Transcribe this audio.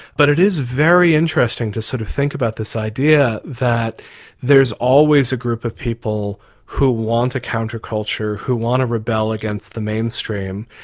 but it is very interesting to sort of think about this idea that there's always a group of people who want a counter-culture, who want to rebel against the mainstream.